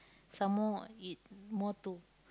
some more it more to